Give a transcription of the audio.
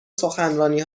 سخنرانی